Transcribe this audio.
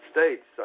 States